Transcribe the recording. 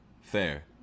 fair